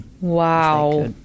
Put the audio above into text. Wow